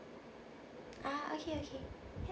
ah okay okay